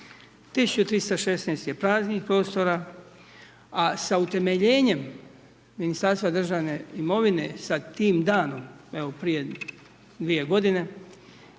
1316 je praznih prostora, a sa utemeljenjem Ministarstva državne imovine, sa tim danom, evo prije 2 g.